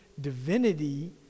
divinity